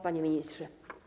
Panie Ministrze!